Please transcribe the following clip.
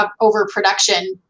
overproduction